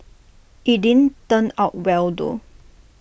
IT didn't turn out well though